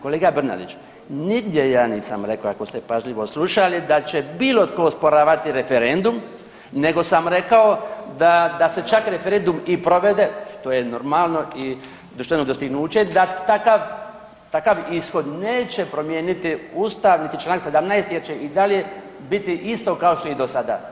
Kolega Bernardić nigdje ja nisam rekao ako ste pažljivo slušali da će bilo tko osporavati referendum, nego sam rekao da se čak referendum i provede što je normalno i društveno dostignuće da takav ishod neće promijeniti Ustav niti članak 17. jer će i dalje biti isto kao što je i do sada.